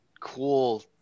cool